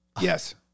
Yes